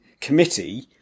committee